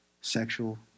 sexual